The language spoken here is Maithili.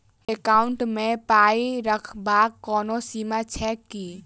एकाउन्ट मे पाई रखबाक कोनो सीमा छैक की?